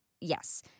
yes